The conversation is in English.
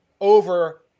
over